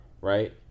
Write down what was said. right